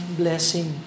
blessing